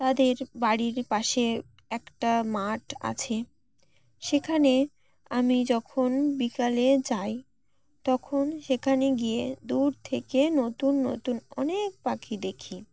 তাদের বাড়ির পাশে একটা মাঠ আছে সেখানে আমি যখন বিকালে যাই তখন সেখানে গিয়ে দূর থেকে নতুন নতুন অনেক পাখি দেখি